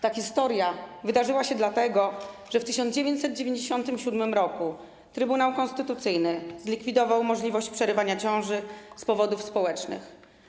Ta historia wydarzyła się dlatego, że w 1997 r. Trybunał Konstytucyjny zlikwidował możliwość przerywania ciąży z powodów społecznych.